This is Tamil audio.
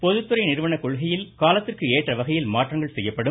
பொதுத்துறை நிறுவன கொள்கையில் காலத்திற்கு ஏற்ற வகையில் மாற்றங்கள் செய்யப்படும்